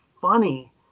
funny